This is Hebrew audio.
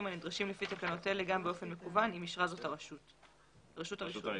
הנדרשים לפי תקנות אלה גם באופן מקוון אם אישרה זאת רשות הרישוי.